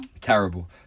Terrible